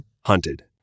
hunted